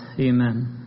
Amen